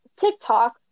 TikTok